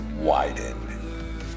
widen